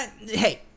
Hey